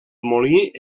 molí